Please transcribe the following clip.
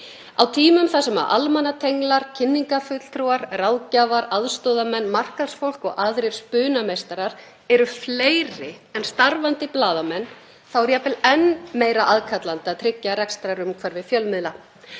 Á tímum þar sem almannatenglar, kynningarfulltrúar, ráðgjafar, aðstoðarmenn, markaðsfólk og aðrir spunameistarar eru fleiri en starfandi blaðamenn er jafnvel enn meira aðkallandi að tryggja rekstrarumhverfi fjölmiðla.